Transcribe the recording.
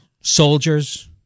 soldiers